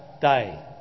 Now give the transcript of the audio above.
day